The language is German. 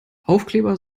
aufkleber